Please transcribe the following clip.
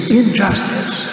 injustice